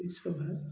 ये सब है